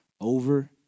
over